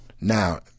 now